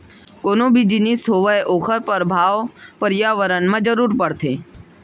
कोनो भी जिनिस होवय ओखर परभाव परयाबरन म जरूर परथे